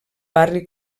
barri